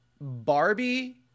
Barbie